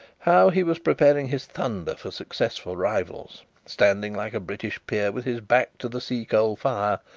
how he was preparing his thunder for successful rivals, standing like a british peer with his back to the sea-coal fire,